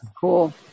cool